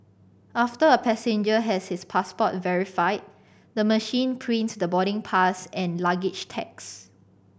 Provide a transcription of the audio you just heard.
after a passenger has his passport verified the machine prints the boarding pass and luggage tags